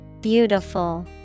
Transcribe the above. Beautiful